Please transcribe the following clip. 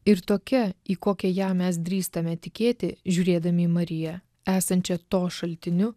ir tokia į kokią ją mes drįstame tikėti žiūrėdami į mariją esančią to šaltiniu